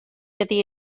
ydy